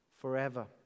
forever